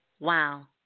Wow